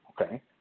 okay